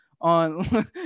on